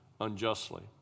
unjustly